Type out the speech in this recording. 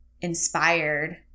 inspired